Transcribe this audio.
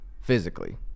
Physically